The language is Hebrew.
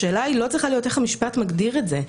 השאלה לא צריכה להיות איך המשפט מגדיר את זה,